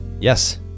yes